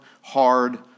hard